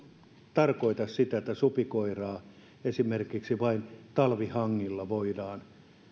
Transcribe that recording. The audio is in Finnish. tarkoita sitä että esimerkiksi supikoiraa vain talvihangilla voidaan